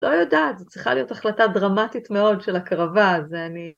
לא יודעת, זו צריכה להיות החלטה דרמטית מאוד של הקרבה, זה אני...